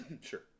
Sure